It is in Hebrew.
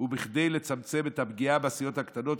וכדי לצמצם את הפגיעה בסיעות הקטנות,